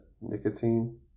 nicotine